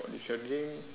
is your dream